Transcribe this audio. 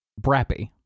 Brappy